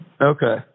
Okay